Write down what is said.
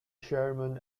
sherman